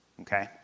Okay